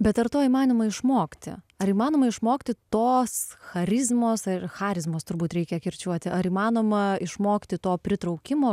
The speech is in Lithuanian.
bet ar to įmanoma išmokti ar įmanoma išmokti tos charizmos ar charizmos turbūt reikia kirčiuoti ar įmanoma išmokti to pritraukimo